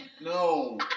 No